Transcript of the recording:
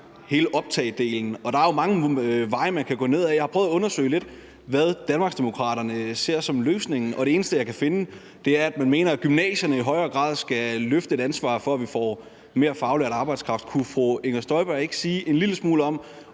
hele optagedelen, og der er der jo mange veje, man kan gå ned ad. Jeg har prøvet at undersøge lidt, hvad Danmarksdemokraterne ser som løsningen, og det eneste, jeg kan finde, er, at man mener, at gymnasierne i højere grad skal løfte et ansvar, for at vi får mere faglært arbejdskraft. Kunne fru Inger Støjberg ikke sige en lille smule om,